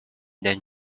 then